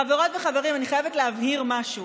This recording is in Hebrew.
חברות וחברים, אני חייבת להבהיר משהו,